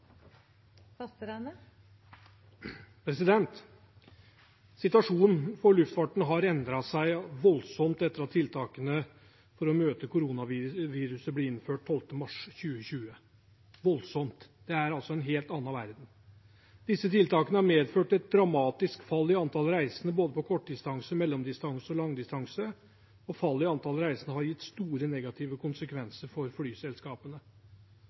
Situasjonen for luftfarten har endret seg voldsomt etter at tiltakene for å møte koronaviruset ble innført 12. mars 2020 – voldsomt, det er altså en helt annen verden. Disse tiltakene har medført et dramatisk fall i antall reisende på både kortdistanse, mellomdistanse og langdistanse, og fallet i antall reisende har gitt store negative konsekvenser for flyselskapene.